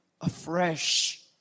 afresh